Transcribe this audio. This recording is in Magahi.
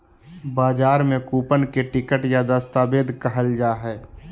बजार में कूपन के टिकट या दस्तावेज कहल जा हइ